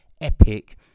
epic